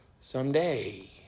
someday